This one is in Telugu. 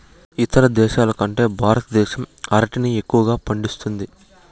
ఇతర దేశాల కంటే భారతదేశం అరటిని ఎక్కువగా పండిస్తుంది